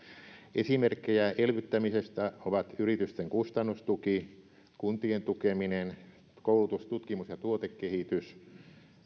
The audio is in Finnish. esimerkkejä elvyttämisestä ovat yritysten kustannustuki kuntien tukeminen koulutus tutkimus ja tuotekehitys